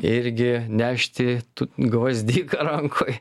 irgi nešti tų gvazdiką rankoj